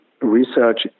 research